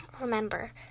Remember